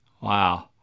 Wow